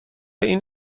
این